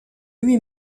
lui